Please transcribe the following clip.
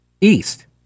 east